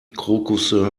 krokusse